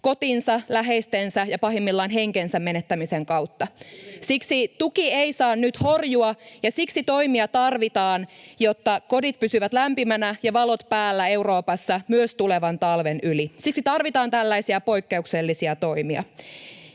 kotinsa, läheistensä ja pahimmillaan henkensä menettämisen kautta. [Ben Zyskowicz: Hyvin sanottu!] Siksi tuki ei saa nyt horjua ja siksi toimia tarvitaan, jotta kodit pysyvät lämpiminä ja valot päällä Euroopassa myös tulevan talven yli. Siksi tarvitaan tällaisia poikkeuksellisia toimia.